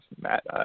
Matt